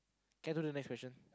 can we go to the next question